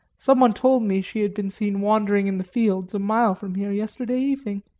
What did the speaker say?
some one told me she had been seen wandering in the fields a mile from here yesterday evening.